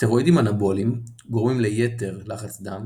סטרואידים אנאבוליים גורמים ליתר ל"ד,